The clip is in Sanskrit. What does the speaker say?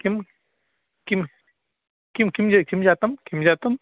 किं किं किं किं ज् किं जातं किं जातम्